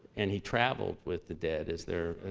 and he traveled with the dead, as their,